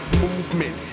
movement